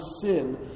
sin